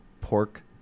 pork